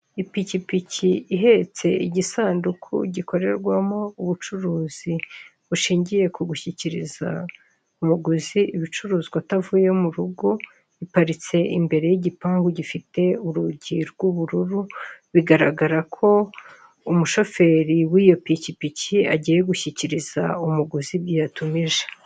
Ipikipiki ihetse igisanduku gikorerwamo ubucuruzi bushingiye ku gushyikiriza umuguzi ibicuruzwa atavuye mu rugo, iparitse imbere y'igipangu gifite urugi rw'ubururu, bigaragara ko umushoferi w'iyo pikipiki agiye gushyikiriza umuguzi ibyo yatumije.